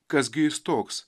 kas gi jis toks